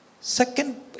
second